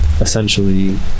essentially